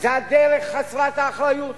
זה הדרך חסרת האחריות